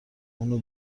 اونو